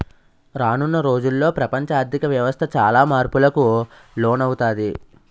రానున్న రోజుల్లో ప్రపంచ ఆర్ధిక వ్యవస్థ చాలా మార్పులకు లోనవుతాది